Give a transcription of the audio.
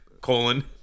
Colon